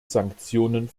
sanktionen